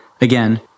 again